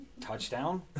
Touchdown